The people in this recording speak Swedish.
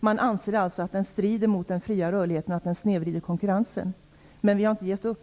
Man anser alltså att den strider mot den fria rörligheten och att den snedvrider konkurrensen, men vi har inte gett upp.